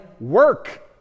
work